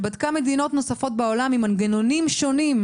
נבדקו מדינות נוספות בעולם עם מנגנונים שונים,